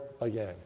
again